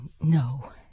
No